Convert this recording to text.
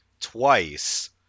twice